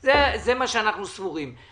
זה מה שאנחנו סבורים.